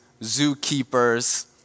zookeepers